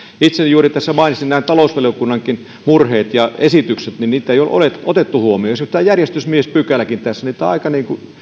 itse juuri mainitsin nämä talousvaliokunnankin murheet ja esitykset ja niitä ei ole otettu huomioon esimerkiksi tämä järjestysmiespykäläkin tässä on aika